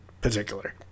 particular